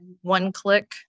one-click